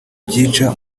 byica